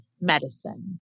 medicine